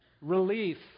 relief